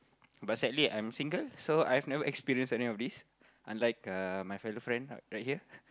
but sadly I'm single so I've never experience any of this unlike uh my fellow friend right here